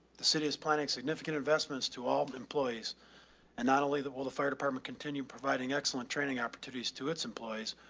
the city has planning significant investments to all employees and not only that, will the fire department continuing providing excellent training opportunities to its employees.